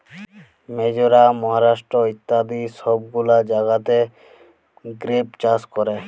মিজরাম, মহারাষ্ট্র ইত্যাদি সব গুলা জাগাতে গ্রেপ চাষ ক্যরে